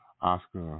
Oscar